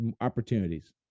opportunities